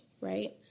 right